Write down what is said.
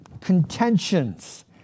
contentions